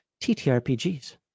TTRPGs